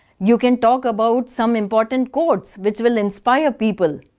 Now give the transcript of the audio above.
you can talk about some important quotes which will inspire people.